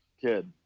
kid